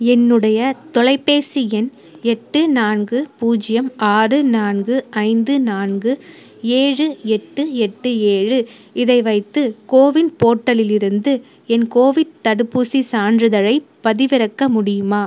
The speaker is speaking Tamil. என்னுடைய தொலைபேசி எண் எட்டு நான்கு பூஜ்ஜியம் ஆறு நான்கு ஐந்து நான்கு ஏழு எட்டு எட்டு ஏழு இதை வைத்து கோவின் போர்ட்டலிலிருந்து என் கோவிட் தடுப்பூசிச் சான்றிதழைப் பதிவிறக்க முடியுமா